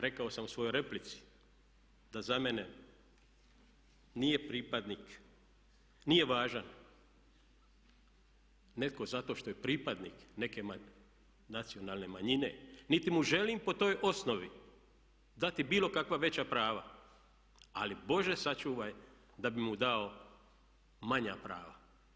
Rekao sam u svojoj replici da za mene nije važan netko zato što je pripadnik neke nacionalne manjine niti mu želim po toj osnovi dati bilo kakva veća prava ali Bože sačuvaj da bih mu dao manja prava.